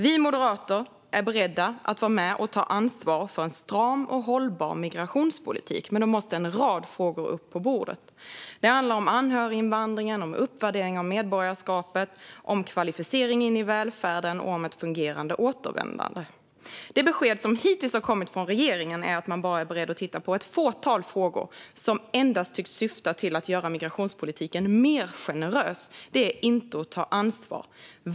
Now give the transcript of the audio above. Vi moderater är beredda att vara med och ta ansvar för en stram och hållbar migrationspolitik, men då måste en rad frågor upp på bordet. Det handlar om anhöriginvandring, uppvärdering av medborgarskap, kvalificering in i välfärden och ett fungerande återvändande. Det besked som hittills har kommit från regeringen är att man bara är beredd att titta på ett fåtal frågor som endast syftar till att göra migrationspolitiken mer generös. Det är inte att ta ansvar.